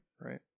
right